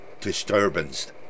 disturbance